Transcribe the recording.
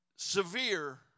Severe